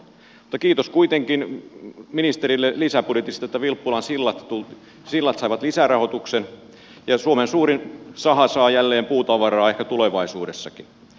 mutta kiitos kuitenkin ministerille lisäbudjetista että vilppulan sillat saivat lisärahoituksen ja suomen suurin saha saa jälleen puutavaraa ehkä tulevaisuudessakin